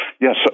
Yes